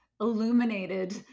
illuminated